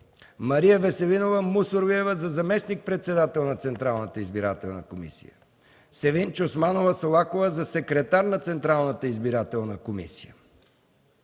Мария Веселинова Мусурлиева – за заместник-председател на Централната избирателна комисия; 1.3. Севинч Османова Солакова – за секретар на Централната избирателна комисия.